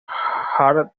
jarl